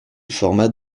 format